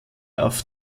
auf